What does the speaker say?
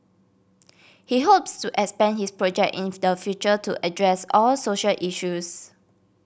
he hopes to expand his project in the future to address all social issues